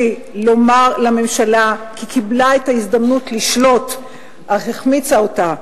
לומר לממשלה כי קיבלה את ההזדמנות לשלוט אך החמיצה אותה,